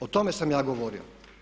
O tome sam ja govorio.